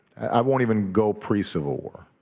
i won't even go pre-civil war.